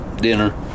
dinner